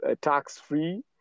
tax-free